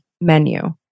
menu